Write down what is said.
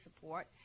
support